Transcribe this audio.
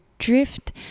Drift